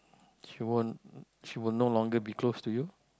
she won't she will no longer be close to you